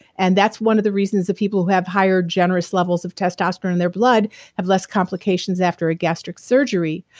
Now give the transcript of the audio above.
and that's one of the reasons the people who have higher generous levels of testosterone in their blood has less complications after a gastric surgery.